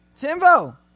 Timbo